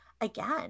again